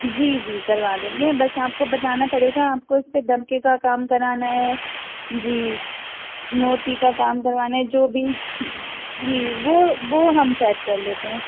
جی جی کروا دیں گے بس آپ کو بتانا پڑے گا آپ کو اس پہ دمکے کا کام کرانا ہے جی موتی کا کام کروانا ہے جو بھی جی وہ وہ ہم سیٹ کر لیتے ہیں